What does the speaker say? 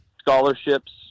scholarships